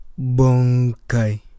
Bonkai